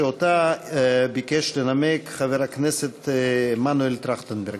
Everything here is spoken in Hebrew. שאותה ביקש לנמק חבר הכנסת מנואל טרכטנברג.